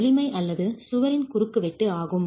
வலிமை அல்லது சுவரின் குறுக்குவெட்டு ஆகும்